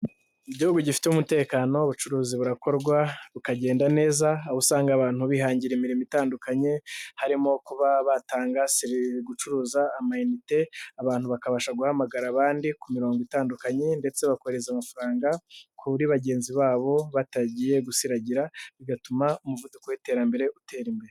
Igihugu gifite umutekano ubucuruzi burakorwa bukagenda neza, aho usanga abantu bihangira imirimo itandukanye harimo kuba batangari gucuruza amayinite, abantu bakabasha guhamagara abandi ku mirongo itandukanye ndetse bakohereza amafaranga kuri bagenzi babo batagiye gusiragira, bigatuma umuvuduko w'iterambere utera imbere.